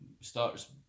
starts